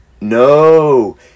No